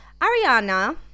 Ariana